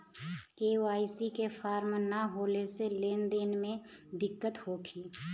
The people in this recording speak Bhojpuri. के.वाइ.सी के फार्म न होले से लेन देन में दिक्कत होखी?